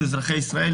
אזרחי ישראל,